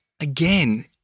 Again